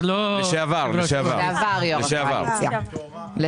משרד הבריאות ומשרד האוצר פועלים בשביל